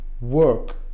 work